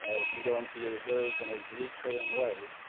if you go into your reserves and a recurring way,